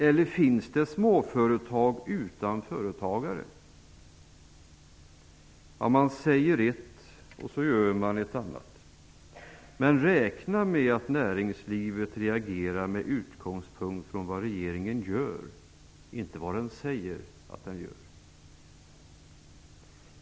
Eller finns det småföretag utan företagare? Man säger ett och gör ett annat. Räkna med att näringslivet reagerar med utgångspunkt från vad regeringen gör, inte vad den säger att den gör.